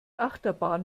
achterbahn